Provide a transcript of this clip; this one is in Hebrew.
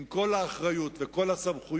עם כל האחריות וכל הסמכויות,